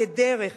כדרך,